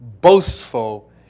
Boastful